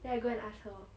then I go and ask her